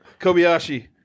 Kobayashi